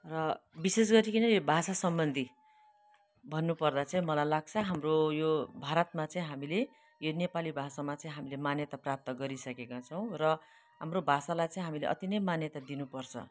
र विशेष गरिकन यो भाषा सम्बन्धी भन्नु पर्दा चाहिँ मलाई लाग्छ हाम्रो यो भारतमा चाहिँ हामीले यो नेपाली भाषामा चाहिँ हामीले मान्यता प्राप्त गरिसकेका छौँ र हाम्रो भाषालाई चाहिँ हामीले अति नै मान्यता दिनु पर्छ